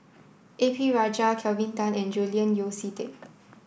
A P Rajah Kelvin Tan and Julian Yeo See Teck